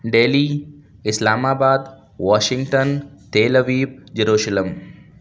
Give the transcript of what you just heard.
daily Islamabad Washington Tel Aviv Jerusalem